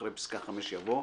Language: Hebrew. אחרי פסקה (5) יבוא: